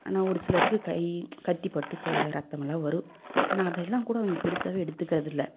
ஆனால் ஒரு சிலருக்கு கை கத்தி பட்டு கையில் ரத்தம் எல்லாம் வரும் ஆனால் அதை எல்லாம் கூட அவங்க பெருசாகவே எடுத்துக்கறதில்லை